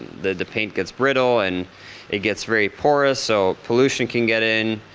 the paint gets brittle and it gets very porous. so pollution can get in,